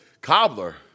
Cobbler